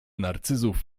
narcyzów